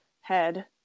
head